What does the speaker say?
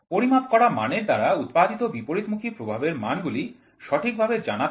পরিমাপ করা মানের দ্বারা উৎপাদিত বিপরীতমুখী প্রভাবের মান গুলি সঠিকভাবে জানা থাকে